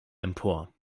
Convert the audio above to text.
empor